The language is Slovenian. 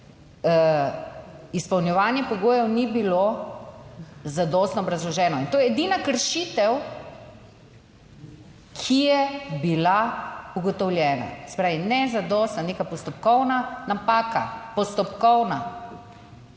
izpolnjevanje pogojev ni bilo zadostno obrazloženo. In to je edina kršitev, ki je bila ugotovljena, se pravi nezadostna, neka postopkovna napaka. Postopkovna,